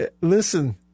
Listen